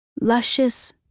luscious